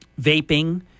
vaping